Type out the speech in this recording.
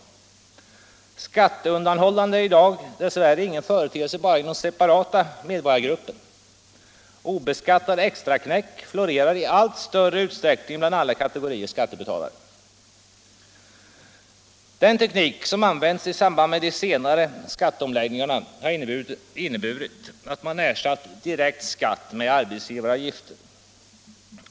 Skatteundanhållande är i dag dess värre ingen företeelse bara inom speciella medborgargrupper. Obeskattade extraknäck florerar i allt större utsträckning bland alla kategorier skattebetalare. Den teknik som har använts i samband med de senare skatteomläggningarna har inneburit att man ersatt direkt skatt med arbetsgivaravgiften.